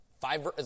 Five